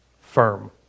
firm